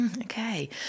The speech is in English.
Okay